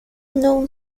known